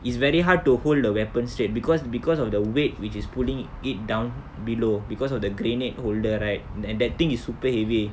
it's very hard to hold the weapon straight because because of the weight which is pulling it down below because of the grenade holder right and that thing is super heavy